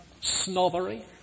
snobbery